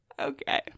Okay